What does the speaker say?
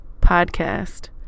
Podcast